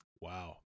Wow